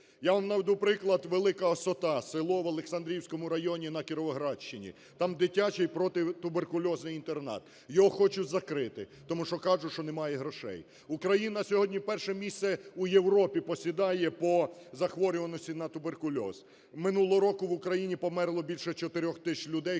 Я вам наведу приклад. Велика Осота, село в Олександрівському районі на Кіровоградщині, там дитячий протитуберкульозний інтернат. Його хочуть закрити, тому що кажуть, що немає грошей. Україна сьогодні перше місце в Європі посідає по захворюваності на туберкульоз. Минулого року в Україні померло більше 4 тисяч людей